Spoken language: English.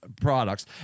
products